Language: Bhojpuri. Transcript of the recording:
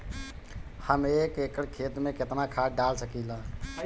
हम एक एकड़ खेत में केतना खाद डाल सकिला?